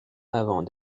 avant